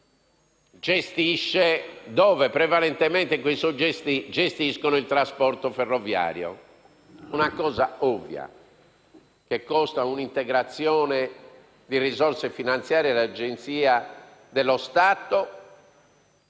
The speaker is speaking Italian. d'Italia, dove prevalentemente quei soggetti gestiscono il trasporto ferroviario. È una cosa ovvia, che costa un'integrazione di risorse finanziarie a un'agenzia dello Stato.